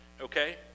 okay